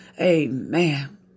Amen